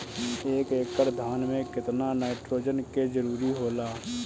एक एकड़ धान मे केतना नाइट्रोजन के जरूरी होला?